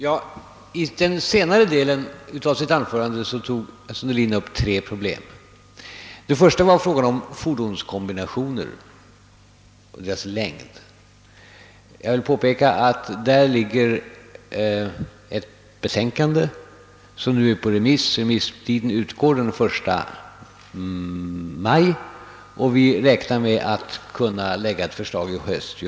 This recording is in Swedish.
Herr talman! I den senare delen av sitt anförande tog herr Sundelin upp tre problem. Det första gällde fordonskombinationerna och deras längd. Jag vill påpeka att det i detta ärende föreligger ett betänkande som nu är ute på remiss. Remisstiden utgår den 1 maj och vi hoppas kunna framlägga ett förslag i höst.